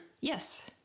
Yes